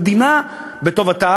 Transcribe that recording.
המדינה, בטובה,